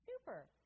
Super